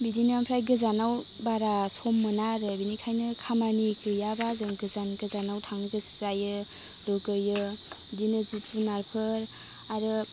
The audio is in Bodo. बिदिनो ओमफ्राय गोजानाव बारा सम मोना आरो बिनिखायनो खामानि गैयाबा जों गोजान गोजानाव थांनो गोसो जायो लुगैयो बिदिनो जिब जुनारफोर आरो